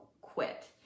quit